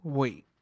wait